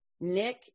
Nick